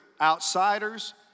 outsiders